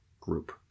group